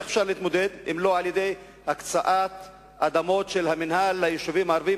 איך אפשר להתמודד עם זה אם לא בהקצאת אדמות של המינהל ליישובים הערביים